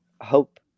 hope